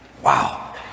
Wow